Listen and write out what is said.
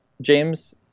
James